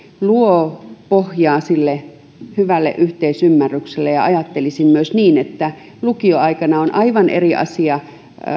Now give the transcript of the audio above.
luo pohjaa sille hyvälle yhteisymmärrykselle ajattelisin myös niin että lukioaikana on aivan eri asia